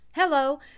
Hello